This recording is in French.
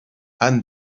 anne